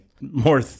more